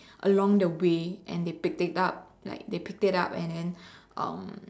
along the way and they picked it up like they picked it up and then um